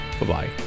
Bye-bye